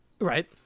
Right